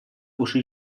uschi